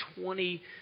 twenty